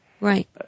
Right